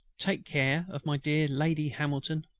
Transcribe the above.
take care of my dear lady hamilton,